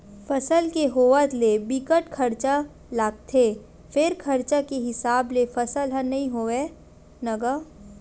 फसल के होवत ले बिकट खरचा लागथे फेर खरचा के हिसाब ले फसल ह नइ होवय न गा